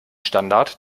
standard